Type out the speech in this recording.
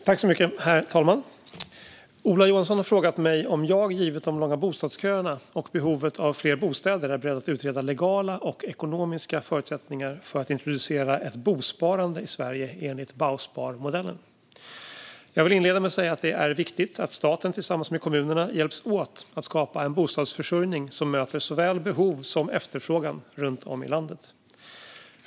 Herr talman! Ola Johansson har frågat mig om jag, givet de långa bostadsköerna och behovet av fler bostäder, är beredd att utreda legala och ekonomiska förutsättningar för att introducera ett bosparande i Sverige enligt Bausparmodellen. Jag vill inleda med att säga att det är viktigt att staten och kommunerna hjälps åt att skapa en bostadsförsörjning som möter såväl behov som efterfrågan runt om i landet.